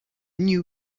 new